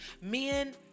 Men